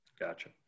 Gotcha